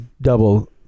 Double